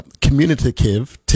communicative